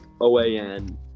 OAN